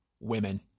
women